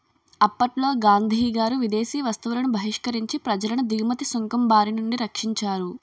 అప్పట్లో గాంధీగారు విదేశీ వస్తువులను బహిష్కరించి ప్రజలను దిగుమతి సుంకం బారినుండి రక్షించారు